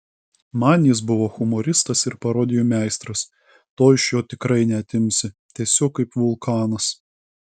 man jis buvo humoristas ir parodijų meistras to iš jo tikrai neatimsi tiesiog kaip vulkanas